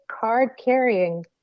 card-carrying